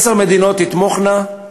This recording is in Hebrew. עשר מדינות תתמוכנה,